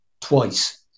twice